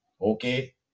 okay